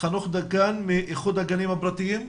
דגן מאיחוד הגנים הפרטיים בבקשה.